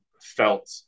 felt